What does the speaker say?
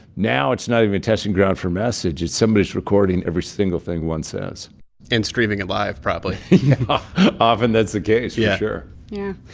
now it's not even a testing ground for message it's somebody's recording every single thing one says and streaming it live, probably often that's the case, for yeah sure yeah